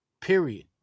period